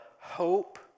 hope